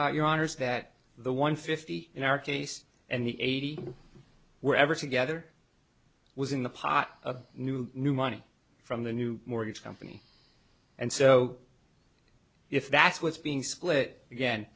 honors that the one fifty in our case and the eighty wherever together was in the pot a new new money from the new mortgage company and so if that's what's being split again